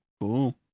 Cool